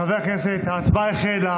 חברי הכנסת, ההצבעה החלה.